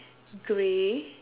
grey